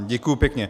Děkuji pěkně.